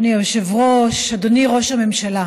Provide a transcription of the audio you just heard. אדוני היושב-ראש, אדוני ראש הממשלה,